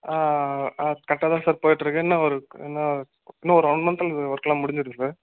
ஆ ஆ கரெக்டாக தான் சார் போயிட்டுருக்குது இன்னும் ஒரு இன்னும் ஒரு இன்னும் ஒரு ஒன் மன்த்தில் ஒர்க்குலாம் முடிஞ்சிடும் சார்